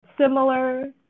similar